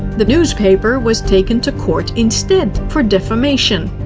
the newpaper was taken to court instead for defamation.